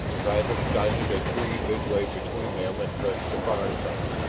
travis sighted a tree midway between them and pressed the firing button.